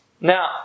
Now